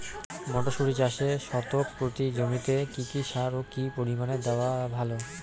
মটরশুটি চাষে শতক প্রতি জমিতে কী কী সার ও কী পরিমাণে দেওয়া ভালো?